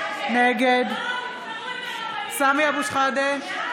נגד סמי אבו שחאדה,